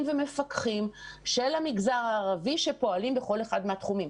ומפקחים של המגזר הערבי שפועלים בכל אחד מהתחומים.